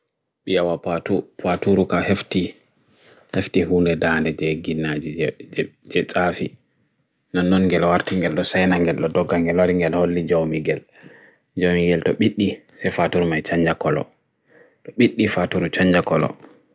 biawa pwatu ruka hefti hefti hune dhane je gina je tsafi nanon gelo arti gelo sena gelo doka gelo ringel holly jomigel jomigel to biti se faturu mai chanja kolo to biti faturu chanja kolo